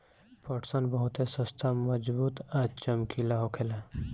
पटसन बहुते सस्ता मजबूत आ चमकीला होखेला